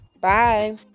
bye